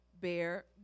bear